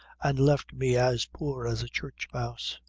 an' left me as poor as a church mouse.